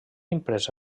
imprès